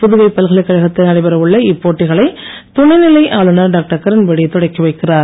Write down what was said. புதுவை பல்கலைக்கழகத்தில் நடைபெற உள்ள இப்போட்டிகளை துணைநிலை ஆளுநர் டாக்டர் கிரண்பேடி தொடக்கி வைக்கிறார்